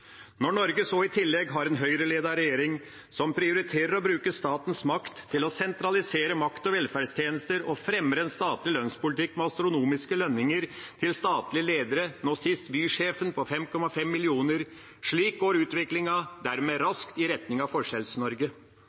Norge har så i tillegg en Høyre-ledet regjering, som prioriterer å bruke statens makt til å sentralisere makt og velferdstjenester og fremme statlig lønnspolitikk med astronomiske lønninger til statlige ledere – nå sist Vy-sjefen på 5,5 mill. kr. Slik går utviklingen dermed raskt i retning av